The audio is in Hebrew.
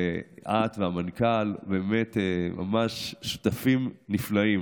את והמנכ"ל ממש שותפים נפלאים.